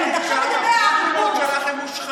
את עריקה, הן מושחתות.